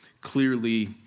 clearly